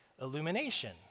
illumination